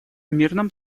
мирном